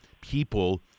people